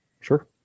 Sure